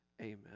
Amen